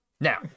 Now